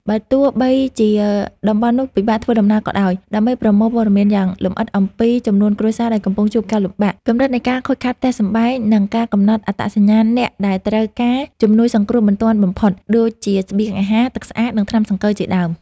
បើទោះបីជាតំបន់នោះពិបាកធ្វើដំណើរក៏ដោយ ដើម្បីប្រមូលព័ត៌មានយ៉ាងលម្អិតអំពីចំនួនគ្រួសារដែលកំពុងជួបការលំបាក កម្រិតនៃការខូចខាតផ្ទះសម្បែង និងការកំណត់អត្តសញ្ញាណអ្នកដែលត្រូវការជំនួយសង្គ្រោះបន្ទាន់បំផុត ដូចជាស្បៀងអាហារ ទឹកស្អាត និងថ្នាំសង្កូវជាដើម។